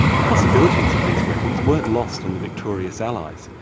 the possibilities of these weapons weren't lost on the victorious allies,